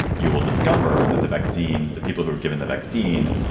you will discover that the vaccine, the people who are given the vaccine,